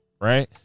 right